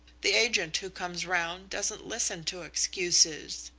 the agent who comes round doesn't listen to excuses.